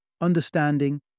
understanding